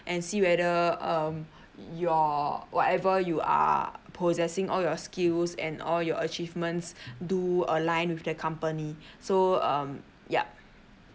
and see whether um your whatever you are possessing all your skills and all your achievements do align with the company so um yup